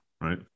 right